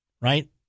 Right